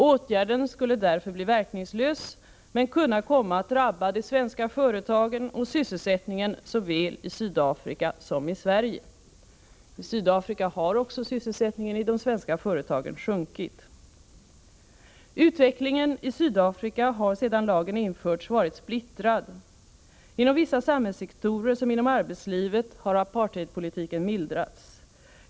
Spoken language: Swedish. Åtgärden skulle därför bli verkningslös men kunna komma att drabba de svenska företagen och sysselsättningen såväl i Sydafrika som i Sverige. I Sydafrika har också sysselsättningen i de svenska företagen sjunkit. Utvecklingen i Sydafrika har sedan lagen införts varit splittrad. Inom vissa samhällssektorer, som inom arbetslivet, har apartheidpolitiken mildrats.